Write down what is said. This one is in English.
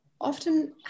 often